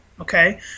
okay